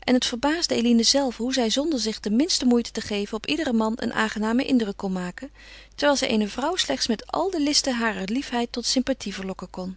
en het verbaasde eline zelve hoe zij zonder zich de minste moeite te geven op iederen man een aangenamen indruk kon maken terwijl zij eene vrouw slechts met al de listen harer liefheid tot sympathie verlokken kon